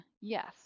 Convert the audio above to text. yes